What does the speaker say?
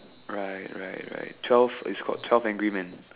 right right right twelve it's called twelve angry man